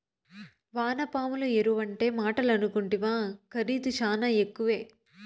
వానపాముల ఎరువంటే మాటలనుకుంటివా ఖరీదు శానా ఎక్కువే